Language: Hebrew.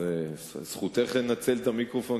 זכותך לנצל את המיקרופון,